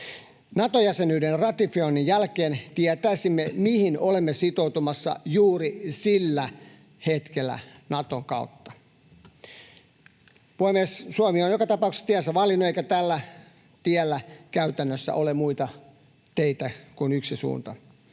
Nato-jäsenyyden ratifioinnin jälkeen tietäisimme, mihin olemme sitoutumassa juuri sillä hetkellä Naton kautta. Puhemies! Suomi on joka tapauksessa tiensä valinnut, eikä tällä tiellä käytännössä ole muita kuin yksi suunta.